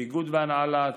ביגוד והנעלה,